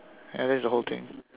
yeah that's the whole thing